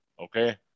okay